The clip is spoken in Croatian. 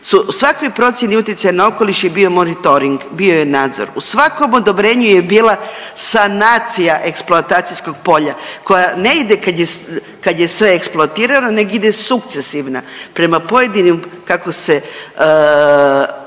u svakoj procjeni utjecaja na okoliš je bio monitoring, bio je nadzor. U svakom odobrenju je bila sanacija eksploatacijskog polja koja ne ide kad je sve eksploatirano neg ide sukcesivna prema pojedinim kako se